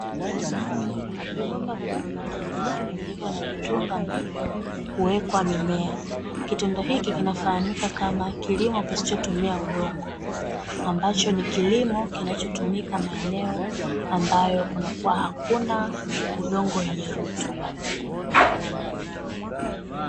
Vibomba vidogo vidogo vilivo na vitundu ambavyo kuwekwa mimea, kitendo hiki kinafahamika kama kilimo kisichotumia udongo ambacho ni kilimo kinachotumika maeneo ambayo kunakuwa hakuna udongo wenye rutuba.